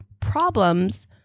problems